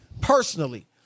personally